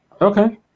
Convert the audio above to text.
Okay